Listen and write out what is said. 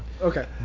Okay